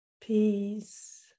Peace